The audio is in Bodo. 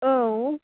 औ